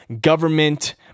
government